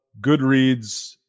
goodreads